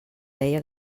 deia